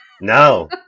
no